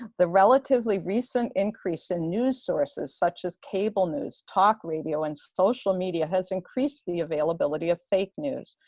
the relatively recent increase in news sources such as cable news, talk radio, and social media has increased the availability of fake news.